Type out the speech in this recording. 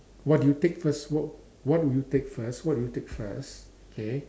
what do you take first what what would you take first what do you first okay